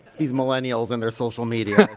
these millennials in their social media